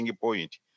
point